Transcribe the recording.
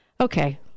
Okay